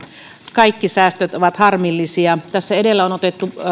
kaikki säästöt ovat harmillisia tässä edellä on otettu jo